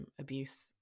abuse